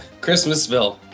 Christmasville